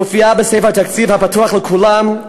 מופיעה בספר התקציב הפתוח לכולם,